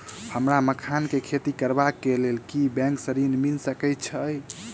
हमरा मखान केँ खेती करबाक केँ लेल की बैंक मै ऋण मिल सकैत अई?